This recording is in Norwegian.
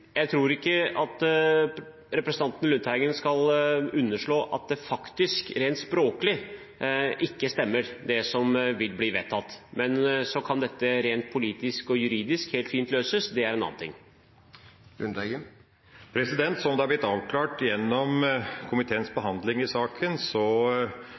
som vil bli vedtatt. Så kan dette rent politisk og juridisk helt fint løses, men det er en annen ting. Som det har blitt avklart gjennom komiteens